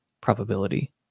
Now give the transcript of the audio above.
probability